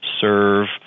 serve